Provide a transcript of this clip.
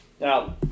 Now